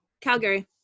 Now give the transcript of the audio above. Calgary